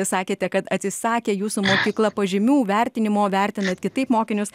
sakėte kad atsisakė jūsų mokykla požymių vertinimo vertinat kitaip mokinius